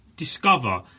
Discover